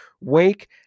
Wake